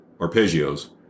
arpeggios